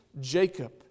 Jacob